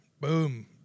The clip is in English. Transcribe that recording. Boom